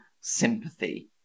sympathy